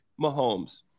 Mahomes